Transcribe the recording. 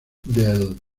del